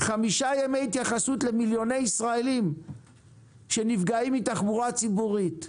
חמישה ימי התייחסות למיליוני ישראלים שנפגעים מהתחבורה הציבורית,